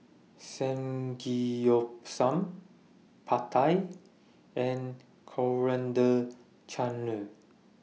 Samgeyopsal Pad Thai and Coriander Chutney